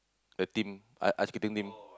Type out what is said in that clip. the team i~ ice skating team